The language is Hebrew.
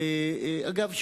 אגב,